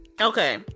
okay